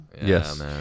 Yes